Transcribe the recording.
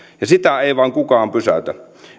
ja sitä ei vain kukaan pysäytä